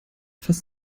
fast